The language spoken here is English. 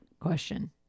question